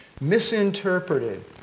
misinterpreted